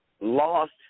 lost